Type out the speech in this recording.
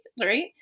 Right